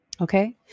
okay